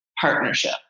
partnership